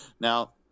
Now